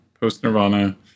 post-Nirvana